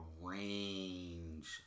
range